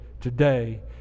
today